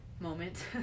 Moment